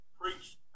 preach